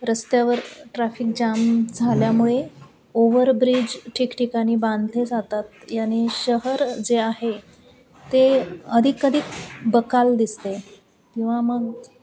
रस्त्यावर traffic jam झाल्यामुळे overbridge ठिकठिकाणी बांधले जातात याने शहर जे आहे ते अधिकाधिक बकाल दिसते किंवा मग